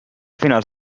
finals